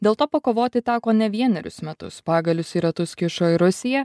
dėl to pakovoti teko ne vienerius metus pagalius į ratus kišo ir rusija